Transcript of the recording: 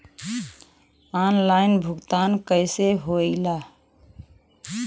Online भुगतान कैसे होए ला?